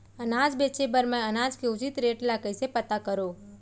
अनाज बेचे बर मैं अनाज के उचित रेट ल कइसे पता करो?